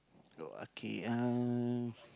oh okay uh